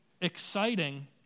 exciting